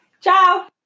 Ciao